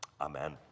Amen